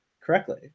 correctly